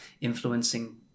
influencing